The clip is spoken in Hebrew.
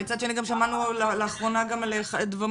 מצד שני גם שמענו לאחרונה על מקומות